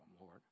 Lord